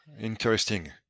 Interesting